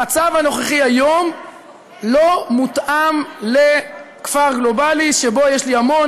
המצב הנוכחי כיום לא מותאם לכפר גלובלי שבו יש לי המון